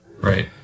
Right